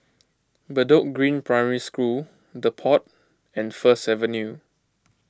Bedok Green Primary School the Pod and First Avenue